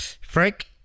Frank